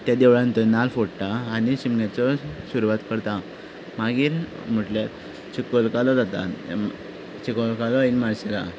ते देवळांत थंय नाल्ल फोडटा आनी थंय शिगम्याचो सुरवात करता मागीर म्हणल्यार चिखोल कालो जाता चिखोल कालो इन मार्सेला